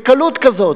בקלות כזאת,